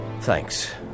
thanks